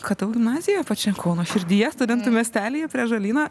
ktu gimnazijoj pačiam kauno širdyje studentų miestelyje prie ąžolyno